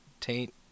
taint